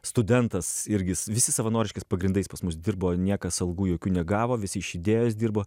studentas irgi visi savanoriškais pagrindais pas mus dirbo niekas algų jokių negavo visi iš idėjos dirbo